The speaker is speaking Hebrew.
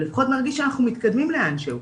לפחות נרגיש שאנחנו מתקדמים לאן שהוא,